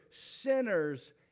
sinners